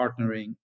partnering